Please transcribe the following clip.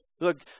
Look